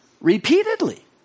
repeatedly